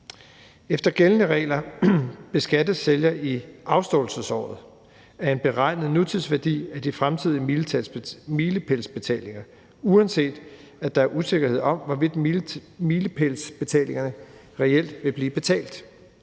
Efter gældende regler beskattes sælger i afståelsesåret af en beregnet nutidsværdi af de fremtidige milepælsbetalinger, uanset at der er usikkerhed om, hvorvidt milepælsbetalingerne reelt vil blive betalt.